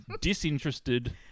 disinterested